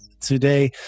Today